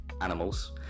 animals